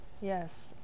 Yes